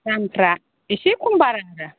दामफ्रा एसे खम बारा आरो